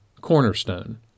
cornerstone